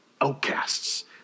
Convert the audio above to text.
outcasts